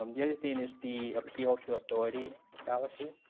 um the other thing is the appeal to authority fallacy,